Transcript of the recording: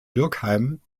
dürkheim